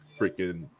freaking –